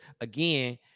again